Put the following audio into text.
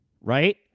right